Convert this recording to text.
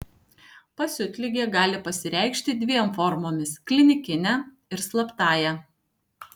pasiutligė gali pasireikšti dviem formomis klinikine ir slaptąja